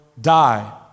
die